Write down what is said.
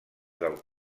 del